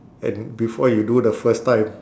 and before you do the first time